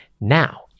Now